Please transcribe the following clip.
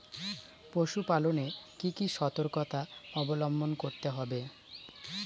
পশুপালন এ কি কি সর্তকতা অবলম্বন করতে হবে?